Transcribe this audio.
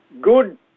good